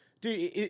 Dude